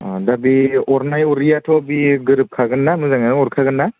दा बे अरनाय अरैयाथ' बि गोरोबखागोन्ना मोजाङै अरखागोन्ना